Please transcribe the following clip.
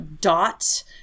Dot